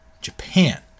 Japan